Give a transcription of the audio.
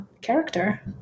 character